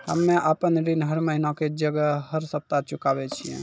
हम्मे आपन ऋण हर महीना के जगह हर सप्ताह चुकाबै छिये